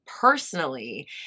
personally